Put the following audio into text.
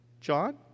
John